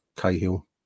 Cahill